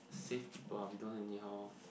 safe people ah we don't anyhow